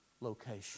location